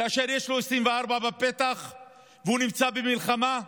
כאשר יש לו את 2024 בפתח והוא נמצא במלחמה?